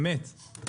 באמת,